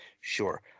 Sure